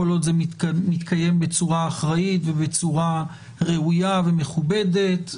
כל עוד זה מתקיים בצורה אחראית ובצורה ראויה ומכובדת.